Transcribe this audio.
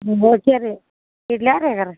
ಹ್ಞೂ ಓಕೆ ರೀ ಇಡ್ಲಾ ರೀ ಹಾಗಾರೆ